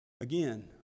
Again